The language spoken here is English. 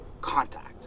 contact